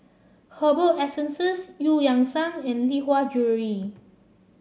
Herbal Essences Eu Yan Sang and Lee Hwa Jewellery